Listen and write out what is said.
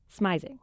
smizing